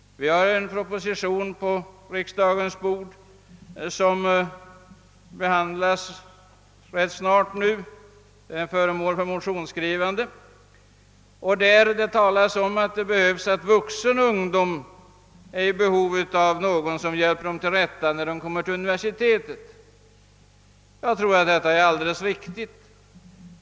Vi har fått en proposition på riksdagens bord som snart skall behandlas — den är nu föremål för motionsskrivande. Där talas det om att vuxna ungdomar behöver någon som hjälper dem till rätta när de kommer till universiteten. Jag tror att det är alldeles riktigt.